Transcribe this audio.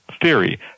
theory